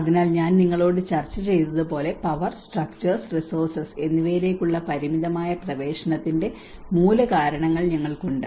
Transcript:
അതിനാൽ ഞാൻ നിങ്ങളോട് ചർച്ച ചെയ്തതുപോലെ പവർ സ്ട്രക്ച്ചർസ് റിസോഴ്സ്സ് എന്നിവയിലേക്കുള്ള പരിമിതമായ പ്രവേശനത്തിന്റെ മൂലകാരണങ്ങൾ ഞങ്ങൾക്കുണ്ട്